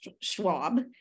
Schwab